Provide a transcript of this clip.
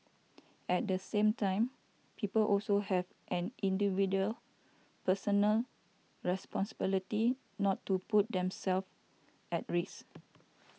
at the same time people also have an individual personal responsibility not to put themself at risk